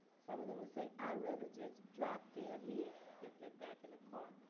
some of them would say, i'd rather just drop dead here than get back in the car,